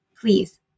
Please